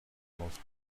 most